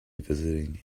visiting